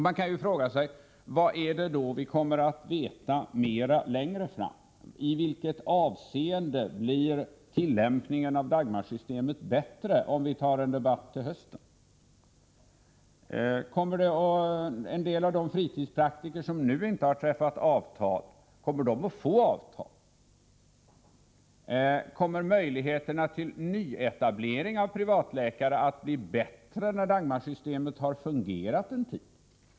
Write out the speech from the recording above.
Man kan fråga sig: Vad är det vi kommer att få veta längre fram? I vilket avseende blir tillämpningen av Dagmarsyste met bättre om vi tar en debatt till hösten? Kommer en del av de fritidspraktiker som nu inte har träffat avtal att få sådant? Kommer möjligheterna till nyetablering av privatläkare att bli bättre när Dagmarsystemet har fungerat en tid?